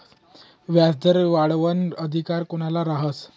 व्याजदर वाढावाना अधिकार कोनले रहास?